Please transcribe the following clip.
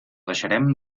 deixarem